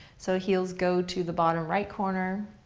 so heels go to the bottom right corner.